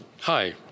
Hi